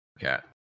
cat